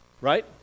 Right